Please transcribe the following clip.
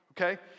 okay